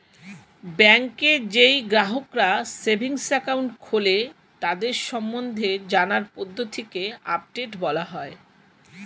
ব্যাংকে যেই গ্রাহকরা সেভিংস একাউন্ট খোলে তাদের সম্বন্ধে জানার পদ্ধতিকে আপডেট বলা হয়